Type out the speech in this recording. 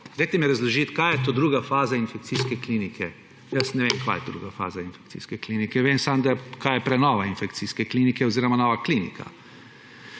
Dajte mi razložiti, kaj je to druga faza infekcijske klinike. Jaz ne vem, kaj je to druga faza infekcijske klinike. Vem samo, kaj je prenova infekcijske klinike oziroma nova klinika.